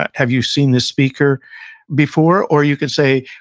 ah have you seen this speaker before? or, you can say,